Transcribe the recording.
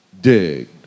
dig